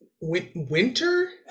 winter